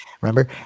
remember